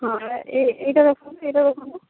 ହଁ ଏଇଟା ଦେଖନ୍ତୁ ଏଇଟା ଦେଖନ୍ତୁ